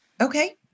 Okay